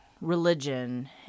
religion